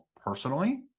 personally